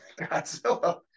Godzilla